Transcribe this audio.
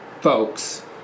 folks